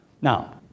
Now